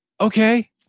okay